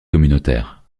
communautaire